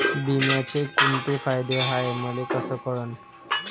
बिम्याचे कुंते फायदे हाय मले कस कळन?